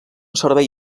servei